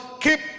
keep